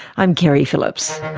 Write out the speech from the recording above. i'm keri phillips.